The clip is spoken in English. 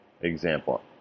Example